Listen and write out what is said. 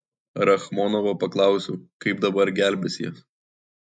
rachmonovo paklausiau kaip dabar gelbėsies